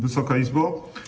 Wysoka Izbo!